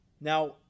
Now